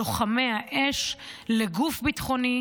לוחמי האש, לגוף ביטחוני,